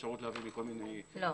אפשרות להביא מכל מיני --- לא,